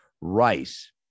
rice